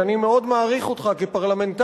שאני מאוד מעריך אותך כפרלמנטר,